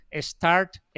start